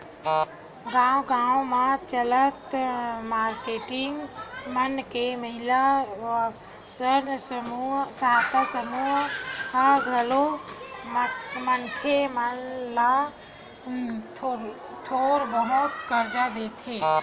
गाँव गाँव म चलत मारकेटिंग मन के महिला स्व सहायता समूह ह घलो मनखे मन ल थोर बहुत करजा देथे